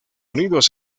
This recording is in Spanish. unidos